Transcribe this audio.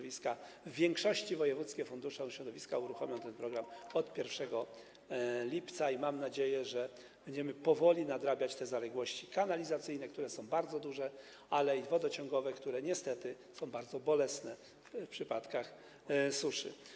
W większości wojewódzkie fundusze ochrony środowiska uruchomią ten program 1 lipca i mam nadzieję, że będziemy powoli nadrabiać te zaległości kanalizacyjne, które są bardzo duże, ale i wodociągowe, które, niestety, są bardzo bolesne w przypadku suszy.